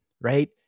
right